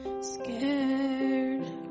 Scared